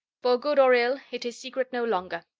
for good or ill, it is secret no longer.